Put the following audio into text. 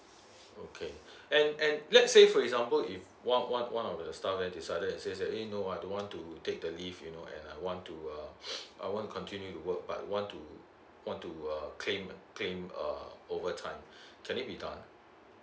okay and and let's say for example if one one one of the staff had decided and says that eh no I don't want to take the leave you know and I want to uh I want continue to work but want to want to uh claim claim err over time can it be done